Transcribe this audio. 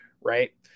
right